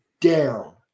down